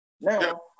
Now